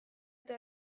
eta